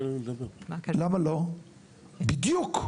בדיוק,